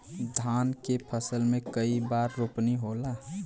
धान के फसल मे कई बार रोपनी होला?